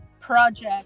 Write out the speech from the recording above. project